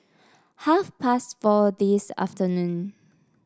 half past four this afternoon